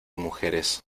mujeres